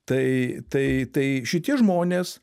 tai tai tai šitie žmonės